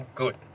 good